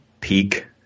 peak